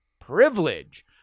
privilege